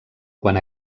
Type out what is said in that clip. quan